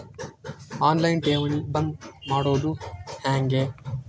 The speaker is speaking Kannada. ಆನ್ ಲೈನ್ ಠೇವಣಿ ಬಂದ್ ಮಾಡೋದು ಹೆಂಗೆ?